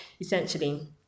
essentially